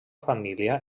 família